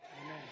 Amen